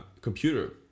computer